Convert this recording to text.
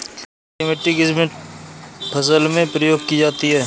क्षारीय मिट्टी किस फसल में प्रयोग की जाती है?